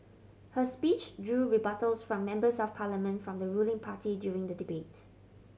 her speech drew rebuttals from Members of Parliament from the ruling party during the debate